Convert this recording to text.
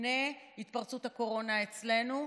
לפני התפרצות הקורונה אצלנו,